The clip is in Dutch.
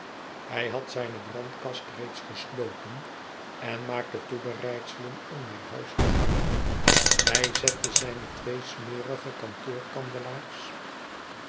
hij had zijne brandkast reeds gesloten en maakte toebereidselen om naar huis te gaan hij zette zijne twee smerige